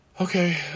Okay